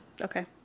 Okay